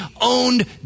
owned